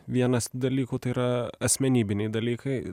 vienas dalykų tai yra asmenybiniai dalykai